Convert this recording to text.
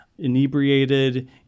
inebriated